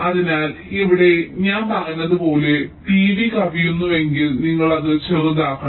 അതിനാൽ ഇവിടെ ഞാൻ പറഞ്ഞതുപോലെ t v കവിയുന്നുവെങ്കിൽ നിങ്ങൾ അത് ചെറുതാക്കണം